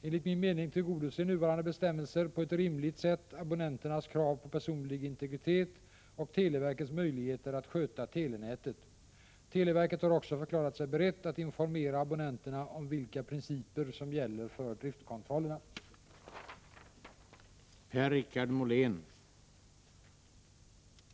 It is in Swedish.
Enligt min mening tillgodoser nuvarande bestämmelser på ett rimligt sätt abonnenternas krav på personlig integritet och televerkets möjligheter att sköta telenätet. Televerket har också förklarat sig berett att informera abonnenterna om vilka principer som gäller — Prot. 1985/86:104 för driftkontrollerna. 1 april 1986